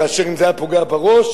כאשר אם זה היה פוגע בראש,